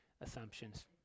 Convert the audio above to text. assumptions